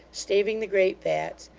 staving the great vats,